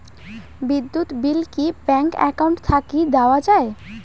বিদ্যুৎ বিল কি bank account থাকি দেওয়া য়ায়?